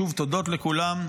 שוב, תודות לכולם.